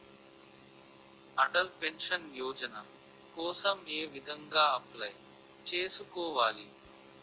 Atal pension Yojana కోసం ఏ విధంగా అప్లయ్ చేసుకోవాలి?